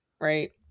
right